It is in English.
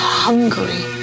hungry